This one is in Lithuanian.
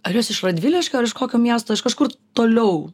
ar jos iš radviliškio iš kokio miesto iš kažkur toliau